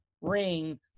ring